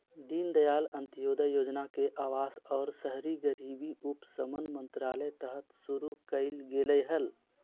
दीनदयाल अंत्योदय योजना के अवास आर शहरी गरीबी उपशमन मंत्रालय तहत शुरू कइल गेलय हल